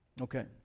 Okay